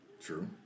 True